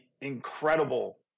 incredible